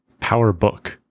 PowerBook